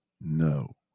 no